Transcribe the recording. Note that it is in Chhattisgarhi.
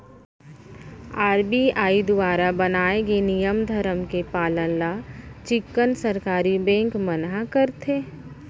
आर.बी.आई दुवारा बनाए गे नियम धरम के पालन ल चिक्कन सरकारी बेंक मन ह करथे